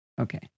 Okay